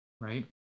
Right